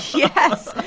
yes.